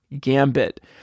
gambit